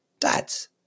dads